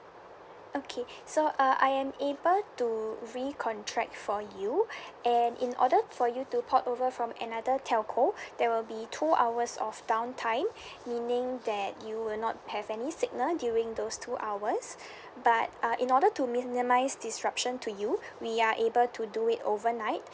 okay so uh I am able to recontract for you and in order for you to port over from another telco there will be two hours of down time meaning that you will not have any signal during those two hours but uh in order to minimize disruption to you we are able to do it overnight